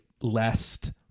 lest